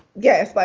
yes, but